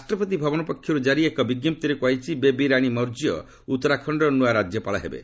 ରାଷ୍ଟ୍ରପତି ଭବନ ପକ୍ଷର୍ ଜାରି ଏକ ବିଞ୍ଜପ୍ତିରେ କୁହାଯାଇଛି ବେବି ରାଣି ମୌର୍ଯ୍ୟ ଉତ୍ତରାଖଣ୍ଡର ନୂଆ ରାଜ୍ୟପାଳ ହେବେ